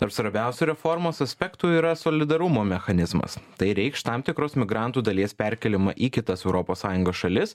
tarp svarbiausių reformos aspektų yra solidarumo mechanizmas tai reikš tam tikros migrantų dalies perkėlimą į kitas europos sąjungos šalis